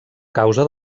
causa